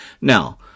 Now